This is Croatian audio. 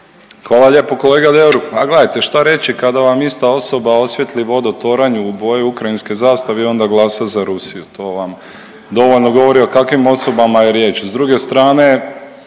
Hvala lijepo kolega Deur, a gledajte šta reći kada vam ista osoba osvijetli vodotoranj u boji ukrajinske zastave i onda glasa za Rusiju. To vam dovoljno govori o kakvim osobama je riječ. S druge strane